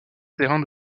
terrain